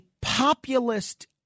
populist